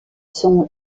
sont